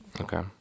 Okay